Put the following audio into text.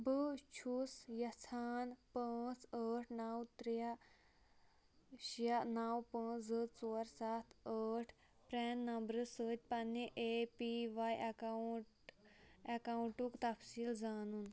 بہٕ چھُس یژھان پٲنژھ ٲٹھ نَو ترٛےٚ شےٚ نَو پٲنٛژھ زٕ ژور سَتھ ٲٹھ پرٛانہِ نمبرٕ سۭتۍ پنٛنہِ اے پی وَے اٮ۪کاوُنٛٹ اٮ۪کاوُنٛٹُک تَفصیٖل زانُن